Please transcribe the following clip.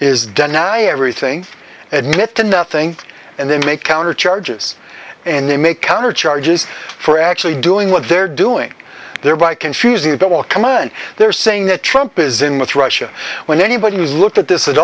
is done now everything and next to nothing and they make counter charges and they make counter charges for actually doing what they're doing there by confusing the war command they're saying that trump is in with russia when anybody who's looked at this at